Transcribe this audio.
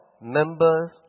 members